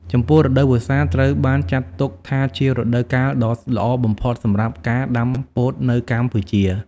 ចំពោះរដូវវស្សាត្រូវបានចាត់ទុកថាជារដូវកាលដ៏ល្អបំផុតសម្រាប់ការដាំពោតនៅកម្ពុជា។